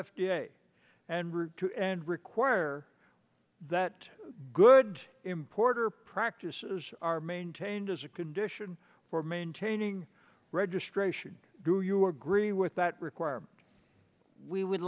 a and or to and require that good importer practices are maintained as a condition for maintaining registration do you agree with that require we would